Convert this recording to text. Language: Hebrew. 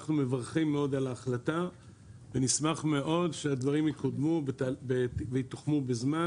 אנחנו מברכים על ההחלטה ונשמח מאוד שהדברים יקודמו ויתוחמו בזמן,